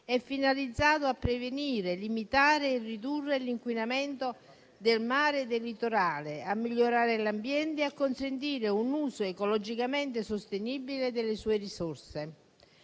è finalizzato a prevenire, limitare e ridurre l'inquinamento del mare e del litorale, a migliorare l'ambiente e a consentire un uso ecologicamente sostenibile delle sue risorse.